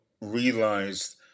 realized